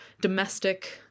domestic